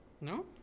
No